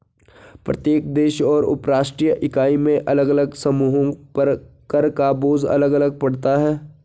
प्रत्येक देश और उपराष्ट्रीय इकाई में अलग अलग समूहों पर कर का बोझ अलग अलग पड़ता है